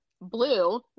blue